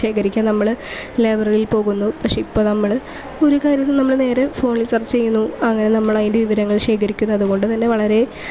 ശേഖരിക്കാൻ നമ്മൾ ലൈബ്രറിയിൽ പോകുന്നു പക്ഷേ ഇപ്പം നമ്മൾ ഒരു കാര്യത്തിൽ നമ്മൾ നേരെ ഫോണിൽ സെർച്ച് ചെയ്യുന്നു അങ്ങനെ നമ്മൾ അതിൻ്റെ വിവരങ്ങൾ ശേഖരിക്കുന്നു അതുകൊണ്ട് തന്നെ വളരെ